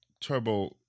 Turbo